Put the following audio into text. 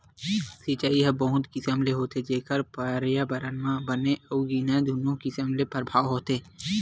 सिचई ह बहुत किसम ले होथे जेखर परयाबरन म बने अउ गिनहा दुनो किसम ले परभाव होथे